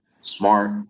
smart